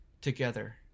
together